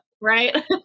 Right